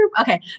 okay